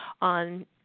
on